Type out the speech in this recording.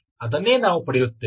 ಅದನ್ನೇ ನಾವು ಪಡೆಯುತ್ತೇವೆ